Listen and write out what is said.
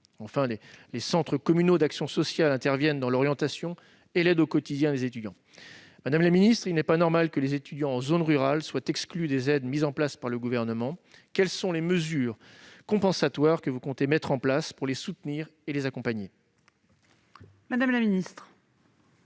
enfin, les centres communaux d'action sociale interviennent dans l'orientation et dans l'aide au quotidien. Madame la ministre, il n'est pas normal que les étudiants en zone rurale soient exclus des aides déployées par le Gouvernement. Quelles sont les mesures compensatoires que vous comptez mettre en place pour les soutenir et les accompagner ? La parole est